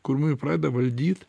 kur mumi pradeda valdyt